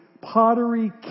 pottery